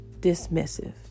Dismissive